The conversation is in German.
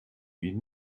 ihn